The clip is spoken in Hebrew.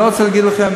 אני לא רוצה להגיד לכם,